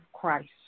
Christ